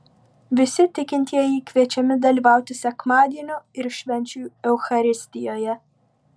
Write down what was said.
visi tikintieji kviečiami dalyvauti sekmadienio ir švenčių eucharistijoje